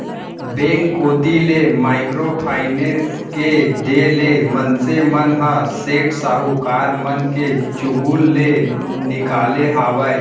bank कोती ले micro finance के देय ले मनसे मन ह सेठ साहूकार मन के चुगूल ले निकाले हावय